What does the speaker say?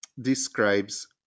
describes